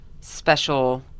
special